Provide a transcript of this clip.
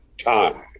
time